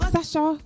Sasha